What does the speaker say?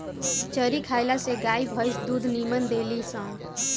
चरी कईला से गाई भंईस दूध निमन देली सन